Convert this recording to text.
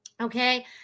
Okay